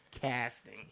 casting